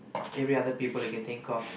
every other people you can think of